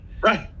right